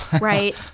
right